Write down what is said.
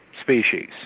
species